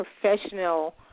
professional